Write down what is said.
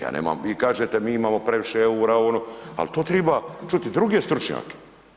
Ja nemam, vi kažete mi imamo previše EUR-a ovo, ono, ali to triba čuti i druge stručnjake.